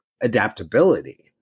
adaptability